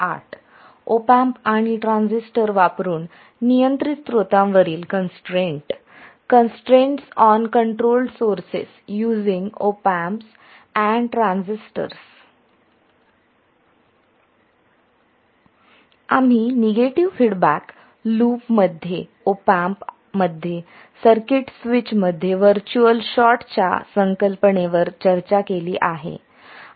आम्ही negative feedback लूपमध्ये op एम्पमध्ये सर्किट स्विचमध्ये व्हर्च्युअल शॉर्ट्सच्या संकल्पनेवर चर्चा केली आहे